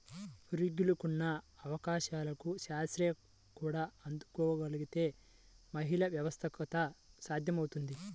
పురుషులకున్న అవకాశాలకు స్త్రీలు కూడా అందుకోగలగితే మహిళా వ్యవస్థాపకత సాధ్యమవుతుంది